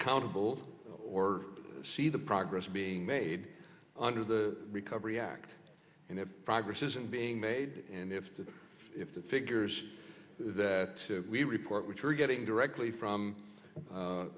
accountable or see the progress being made under the recovery act and if progress isn't being made and if the figures that we report which we're getting directly from